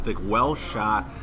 well-shot